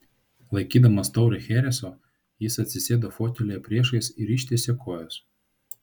laikydamas taurę chereso jis atsisėdo fotelyje priešais ir ištiesė kojas